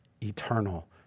eternal